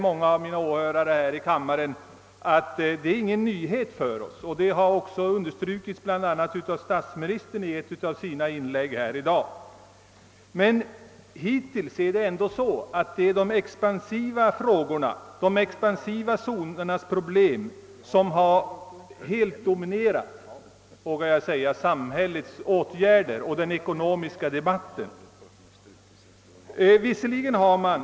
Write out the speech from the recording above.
Många av mina åhörare här i kammaren kanske anser, att detta inte är någon nyhet — detta förhållande har bl.a. understrukits av statsministern i ett av hans inlägg i dag. Men hittills — det vågar jag säga — har det varit de expansiva zonernas problem som har dominerat den ekonomiska debatten och diskussionen om de åtgärder som samhället bör vidtaga.